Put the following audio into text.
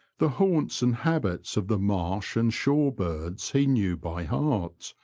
the haunts and habits of the marsh and shore birds he knew by heart,